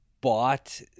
bought